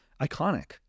iconic